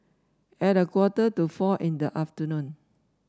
at a quarter to four in the afternoon